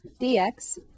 dx